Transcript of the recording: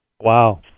Wow